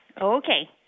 Okay